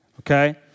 Okay